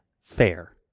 fair